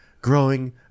growing